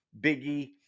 biggie